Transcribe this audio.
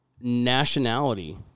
nationality